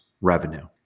revenue